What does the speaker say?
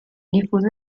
diffuso